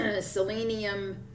Selenium